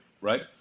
right